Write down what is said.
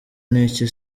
n’iki